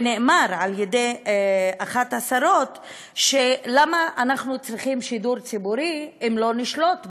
ואמרה אחת השרות: למה אנחנו צריכים שידור ציבורי אם לא נשלוט בו.